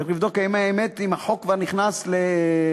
צריך לבדוק באמת אם החוק כבר נכנס לתוקף.